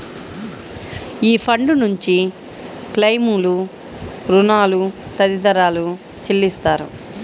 ఈ ఫండ్ నుంచి క్లెయిమ్లు, రుణాలు తదితరాలు చెల్లిస్తారు